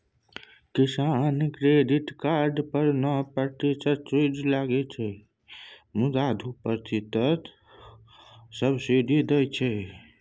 किसान credit card पर नौ प्रतिशतक सुदि लगै छै मुदा सरकार दु प्रतिशतक सब्सिडी दैत छै